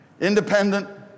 independent